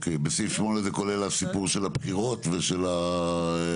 בסעיף 8, זה כולל הסיפור של הבחירות ושל בתי הספר?